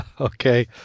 Okay